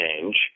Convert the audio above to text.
change